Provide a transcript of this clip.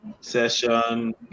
session